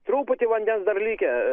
truputį vandens dar likę